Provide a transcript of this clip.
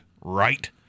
right